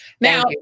Now